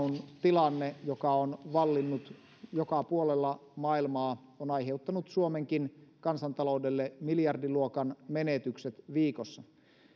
tilanne joka on vallinnut joka puolella maailmaa on aiheuttanut suomenkin kansantaloudelle miljardiluokan menetykset viikossa